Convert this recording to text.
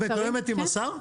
את מתואמת עם השר?